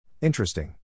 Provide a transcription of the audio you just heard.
Interesting